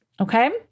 Okay